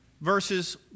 verses